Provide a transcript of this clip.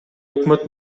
өкмөт